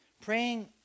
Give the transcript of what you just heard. praying